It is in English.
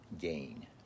gain